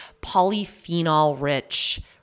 polyphenol-rich